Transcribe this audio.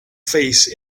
face